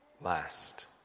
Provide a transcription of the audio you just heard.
last